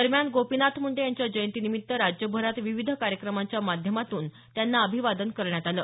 दरम्यान गोपिनाथ मुंडे यांच्या जयंतीनिमित्त राज्यभरात विविध कार्यक्रमांच्या माध्यमातून त्यांना अभिवादन करण्यात आलं